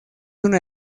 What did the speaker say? una